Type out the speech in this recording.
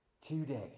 Today